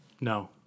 No